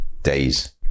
days